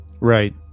Right